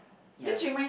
yes